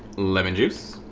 lemon juice